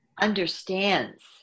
understands